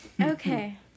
Okay